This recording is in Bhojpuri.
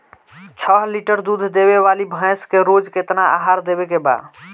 छह लीटर दूध देवे वाली भैंस के रोज केतना आहार देवे के बा?